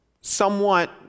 somewhat